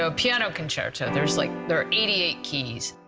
so piano concerto there's like, there are eighty eight keys,